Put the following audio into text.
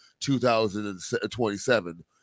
2027